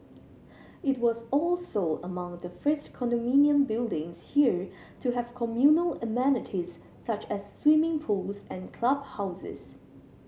it was also among the first condominium buildings here to have communal amenities such as swimming pools and clubhouses